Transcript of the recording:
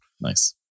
Nice